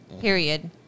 period